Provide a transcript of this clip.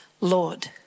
Lord